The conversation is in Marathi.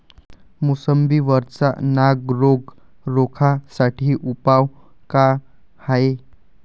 मोसंबी वरचा नाग रोग रोखा साठी उपाव का हाये?